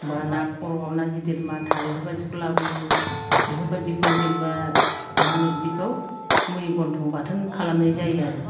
बा ना खर' ना गिदिर माथा बेफोरबायदिखौ लाबोयो बेफोरबायदि खौनो जेनबा मा होनो बिदिखौ मुरि गन्थं बाथोन खालामनाय जायो आरो